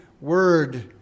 word